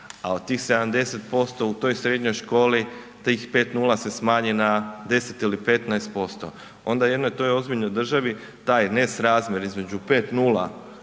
a od tih 70% u toj srednjoj školi se smanji na 10 ili 15% onda jednoj toj ozbiljnoj državi taj nesrazmjer između 5,0